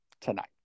tonight